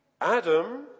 Adam